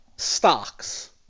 stocks